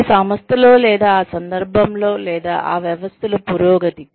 ఇది సంస్థలో లేదా ఆ సందర్భంలో లేదా ఆ వ్యవస్థలో పురోగతి